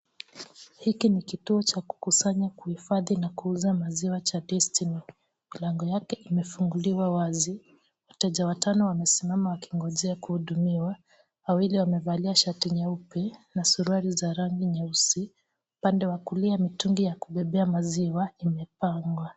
Hiki ni kituo cha kukusanya, kuhifadhi na kuuza maziwa cha Destiny. Milango yake imefunguliwa wazi, wateja watano wamesimama wakingojea kuhudumiwa. Wawili wamevalia shati nyeupe na suruali za rangi nyeusi, upande wa kulia mitungi ya kubebea maziwa imepangwa.